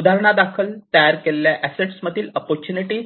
उदाहरणादाखल तयार केलेल्या असेटमधील अपॉर्च्युनिटीस